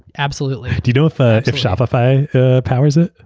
absolutely. do you know if ah if shopify powers it,